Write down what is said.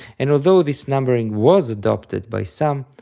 and although this numbering was adopted by some,